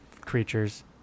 creatures